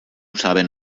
saben